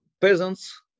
peasants